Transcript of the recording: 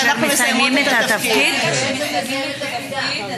ברשות יושב-ראש הכנסת,